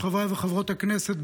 חברי וחברות הכנסת,